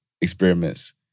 experiments